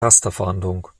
rasterfahndung